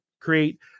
create